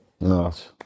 Nice